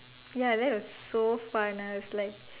ya that was so fun I was like